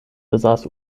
besaß